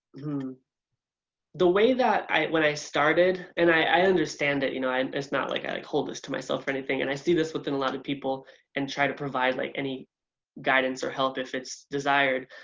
hmm the way that i. when i started and i understand that you know it's not like i like hold this to myself or anything, and i see this within a lot of people and try to provide like any guidance or help if it's desired,